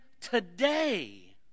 today